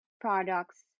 products